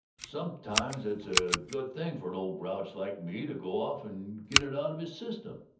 sometimes it's a good thing for an old grouch like me to go off and get it out of his system.